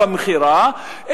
במכירה,